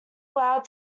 allowed